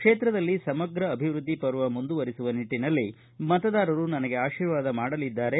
ಕ್ಷೇತ್ರದಲ್ಲಿ ಸಮಗ್ರ ಅಭಿವೃದ್ಧಿ ಪರ್ವ ಮುಂದುವರೆಸುವ ನಿಟ್ಟನಲ್ಲಿ ಮತದಾರರು ನನಗೆ ಆಶೀರ್ವಾದ ಮಾಡಲಿದ್ದಾರೆ